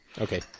Okay